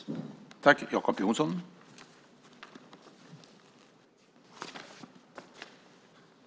Då Amineh Kakabaveh, som framställt interpellationen, anmält att hon var förhindrad att närvara vid sammanträdet medgav talmannen att Jacob Johnson i stället fick delta i överläggningen.